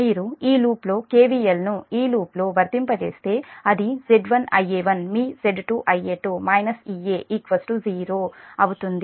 మీరు ఈ లూప్లో కెవిఎల్ను ఈ లూప్లో వర్తింపజేస్తే అది Z1 Ia1 మీ Z2 Ia2 - Ea 0 అవుతుంది